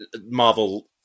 Marvel